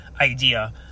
idea